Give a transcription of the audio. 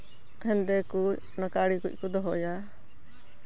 ᱦᱮᱸᱫᱮ ᱠᱚ ᱚᱱᱟ ᱠᱟᱸᱲᱮ ᱠᱚ ᱠᱚ ᱫᱚᱦᱚᱭᱟ